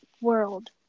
world